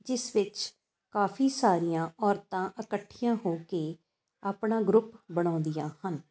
ਜਿਸ ਵਿੱਚ ਕਾਫੀ ਸਾਰੀਆਂ ਔਰਤਾਂ ਇਕੱਠੀਆਂ ਹੋ ਕੇ ਆਪਣਾ ਗਰੁੱਪ ਬਣਾਉਂਦੀਆਂ ਹਨ